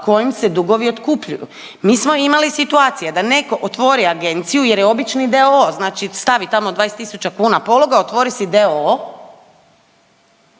kojim se dugovi otkupljuju. Mi smo imali situacije da netko otvori agenciju jer je obični d.o.o. Znači stavi tamo 20 000 kuna pologa, otvori si